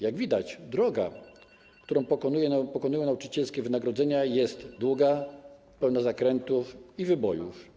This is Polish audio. Jak widać, droga, którą pokonują nauczycielskie wynagrodzenia, jest długa, pełna zakrętów i wybojów.